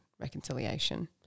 reconciliation